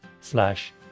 slash